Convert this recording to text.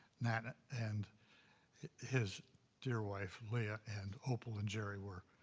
nat and his dear wife, leah, and opal and jerry were